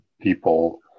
people